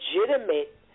legitimate